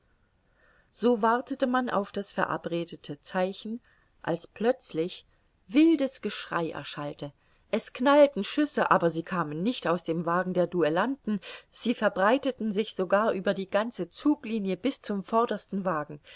so wartete man auf das verabredete zeichen als plötzlich wildes geschrei erschallte es knallten schüsse aber sie kamen nicht aus dem wagen der duellanten sie verbreiteten sich sogar über die ganze zuglinie bis zum vordersten wagen